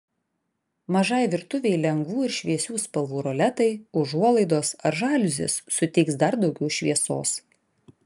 mažai virtuvei lengvų ir šviesių spalvų roletai užuolaidos ar žaliuzės suteiks dar daugiau šviesos